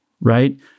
right